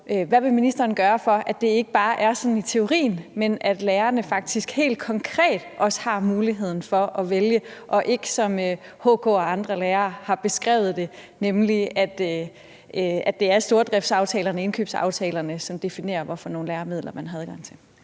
hvad ministeren vil gøre, for at det ikke bare er sådan i teorien, men at lærerne faktisk også helt konkret har muligheden for at vælge, altså at det ikke, som HK og andre lærere har beskrevet det, er stordriftsaftalerne og indkøbsaftalerne, som definerer, hvad for nogle læremidler man har adgang til.